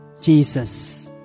Jesus